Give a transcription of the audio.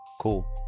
Cool